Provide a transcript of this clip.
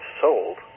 sold